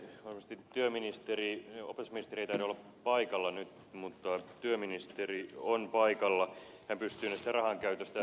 varmasti työministeri opetusministeri ei taida olla paikalla nyt mutta työministeri on paikalla pystyy siitä rahan käytöstä vastaamaan enempi